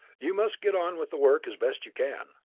you must get on with the work as best you can.